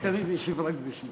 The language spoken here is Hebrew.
אני תמיד משיב רק בשמי.